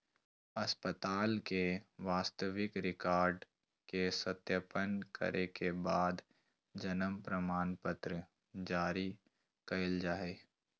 अस्पताल के वास्तविक रिकार्ड के सत्यापन करे के बाद जन्म प्रमाणपत्र जारी कइल जा हइ